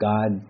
God